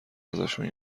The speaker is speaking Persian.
ازشان